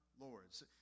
Lord's